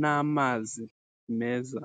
n'amazi meza.